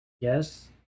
yes